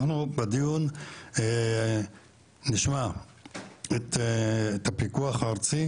אנחנו בדיון נשמע את הפיקוח הארצי